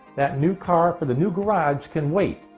that new car for the new garage can wait.